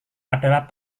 adalah